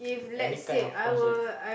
any kind of concert